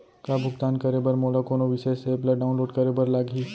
का भुगतान करे बर मोला कोनो विशेष एप ला डाऊनलोड करे बर लागही